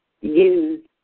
use